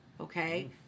Okay